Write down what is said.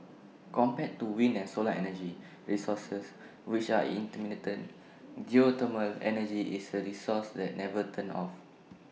compared to wind and solar energy resources which are intermittent geothermal energy is A resource that never turns off